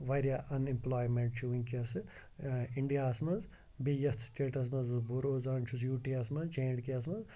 واریاہ unemployment چھِ وٕنکٮ۪س اِنڈیاہَس منٛز بیٚیہِ یَتھ سِٹیٚٹَس منٛز بہٕ روزان چھُس یوٗ ٹی یَس منٛز جے اینٛڈ کے یَس منٛز